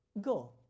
go